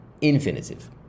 infinitive